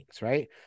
right